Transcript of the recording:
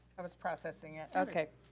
i was processing it. okay.